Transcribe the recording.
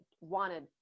wanted